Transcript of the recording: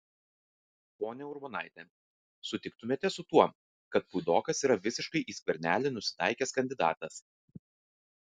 ponia urbonaite sutiktumėte su tuo kad puidokas yra visiškai į skvernelį nusitaikęs kandidatas